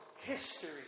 history